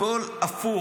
הכול הפוך.